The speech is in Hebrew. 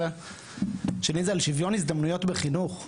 שני זה על שוויון הזדמנויות בחינוך,